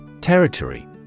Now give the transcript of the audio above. Territory